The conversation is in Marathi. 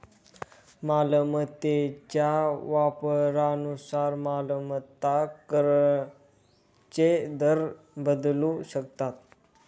मालमत्तेच्या वापरानुसार मालमत्ता कराचे दर बदलू शकतात